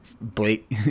Blake